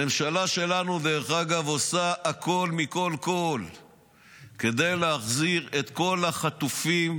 הממשלה שלנו עושה הכול מכול וכול כדי להחזיר את כל החטופים,